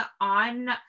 on